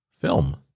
Film